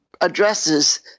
addresses